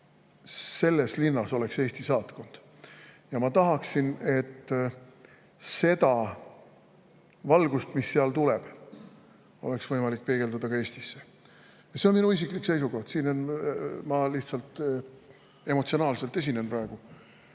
selles linnas oleks Eesti saatkond, ja ma tahaksin, et seda valgust, mis sealt tuleb, oleks võimalik peegeldada ka Eestisse. See on minu isiklik seisukoht, ma lihtsalt emotsionaalselt esinen siin praegu.